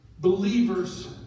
believers